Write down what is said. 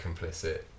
complicit